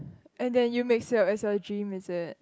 and then you mix it up as your dream is it